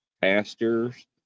pastors